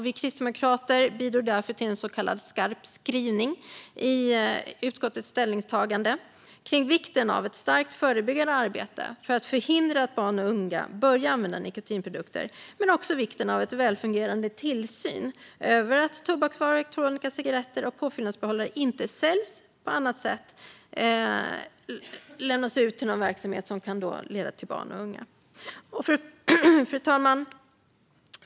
Vi kristdemokrater bidrog därför till en så kallad skarp skrivning i utskottets ställningstagande kring vikten av ett starkt förebyggande arbete för att förhindra att barn och unga börjar använda nikotinprodukter, men också vikten av en välfungerande tillsyn över att tobaksvaror, elektroniska cigaretter och påfyllningsbehållare inte säljs eller på annat sätt lämnas ut i näringsverksamhet till barn och unga. Fru talman!